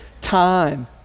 time